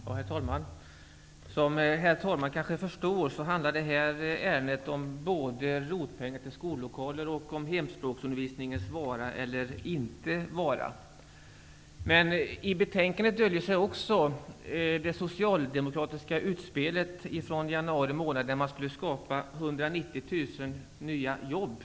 Herr talman! Som herr talmannen kanske förstår handlar detta ärende om både ROT-pengar till skollokaler och hemspråksundervisningens vara eller inte vara. I betänkandet döljer sig också det socialdemokratiska utspelet från januari månad om att skapa 190 000 nya jobb.